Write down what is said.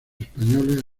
españoles